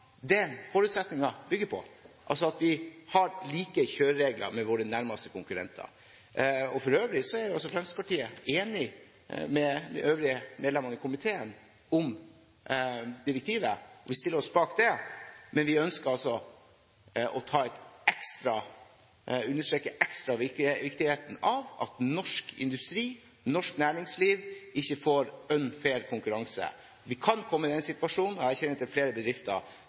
det forutsetningen bygger på, altså at vi har like kjøreregler som våre nærmeste konkurrenter. For øvrig er Fremskrittspartiet enig med øvrige medlemmer i komiteen om direktivet. Vi stiller oss bak det, men vi ønsker altså å understreke ekstra viktigheten av at norsk industri, norsk næringsliv, ikke får unfair konkurranse. Vi kan komme i den situasjonen – og jeg kjenner til flere bedrifter